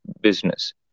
business